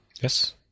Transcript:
Yes